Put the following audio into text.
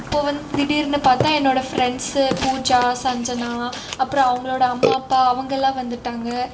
இப்போது வந்து திடீர்னு பார்த்தா என்னோடய ஃப்ரெண்ட்ஸு பூஜா சஞ்சனா அப்புறம் அவங்களோட அம்மா அப்பா அவங்கெல்லாம் வந்துவிட்டாங்க